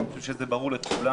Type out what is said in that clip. אני חושב שזה ברור לכולם,